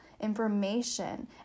information